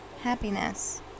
Happiness